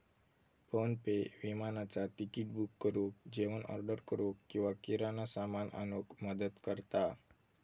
PhonePe विमानाचा ticket book करुक, जेवण ऑर्डर करूक किंवा किराणा सामान आणूक मदत करता